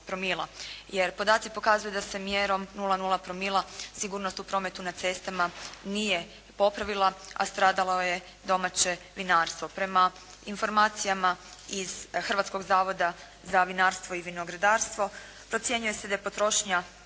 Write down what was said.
jer podaci pokazuju da se mjerom 0,0 promila sigurnost u prometu na cestama nije popravila a stradalo je domaće vinarstvo. Prema informacijama iz Hrvatskog zavoda za vinarstvo i vinogradarstvo procjenjuje se da je potrošnja